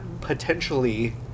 potentially